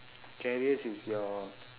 karius is your